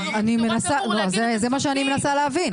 זה מה שאני מנסה להבין.